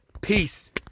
Peace